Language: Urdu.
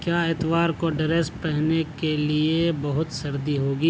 کیا اتوار کو ڈریس پہننے کے لیے بہت سردی ہوگی